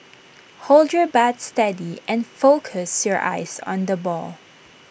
hold your bat steady and focus your eyes on the ball